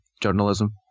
Journalism